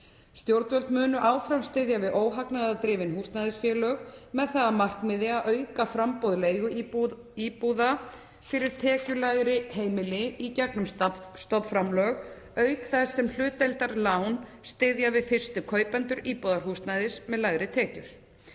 Stjórnvöld munu áfram styðja við óhagnaðardrifin húsnæðisfélög með það að markmiði að auka framboð leiguíbúða fyrir tekjulægri heimili í gegnum stofnframlög, auk þess sem hlutdeildarlán styðja við fyrstu kaupendur íbúðarhúsnæðis með lægri tekjur.